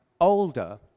older